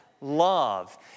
Love